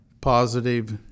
positive